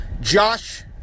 Josh